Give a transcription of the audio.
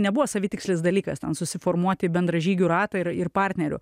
nebuvo savitikslis dalykas ten susiformuoti bendražygių ratą ir ir partnerių